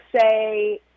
say